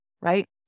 right